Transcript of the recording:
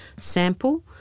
sample